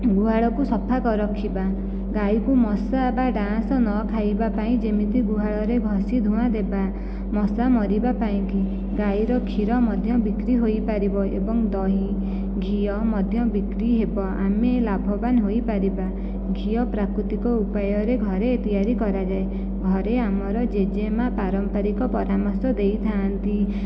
ଗୁହାଳକୁ ସଫା ରଖିବା ଗାଈକୁ ମଶା ବା ଡାଁଉଁଶ ନଖାଇବା ପାଇଁ ଯେମିତି ଗୁହାଳରେ ଘଷି ଧୂଆଁ ଦେବା ମଶା ମରିବା ପାଇଁକି ଗାଈର କ୍ଷୀର ମଧ୍ୟ ବିକ୍ରି ହୋଇପାରିବ ଏବଂ ଦହି ଘିଅ ମଧ୍ୟ ବିକ୍ରି ହେବ ଆମେ ଲାଭବାନ ହୋଇପାରିବା ଘିଅ ପ୍ରାକୃତିକ ଉପାୟରେ ଘରେ ତିଆରି କରାଯାଏ ଘରେ ଆମର ଜେଜେମା' ପାରମ୍ପାରିକ ପରାମର୍ଶ ଦେଇଥାନ୍ତି